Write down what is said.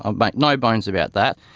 ah but no bones about that,